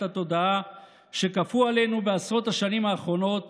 התודעה שכפו עלינו בעשרות השנים האחרונות